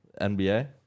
NBA